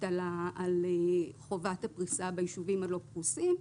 על חובת הפריסה ביישובים הלא פרוסים.